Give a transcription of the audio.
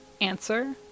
Answer